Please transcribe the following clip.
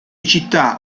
città